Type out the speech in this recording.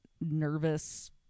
nervous